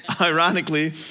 Ironically